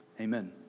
amen